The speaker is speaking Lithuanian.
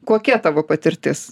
kokia tavo patirtis